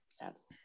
yes